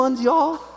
y'all